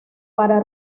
para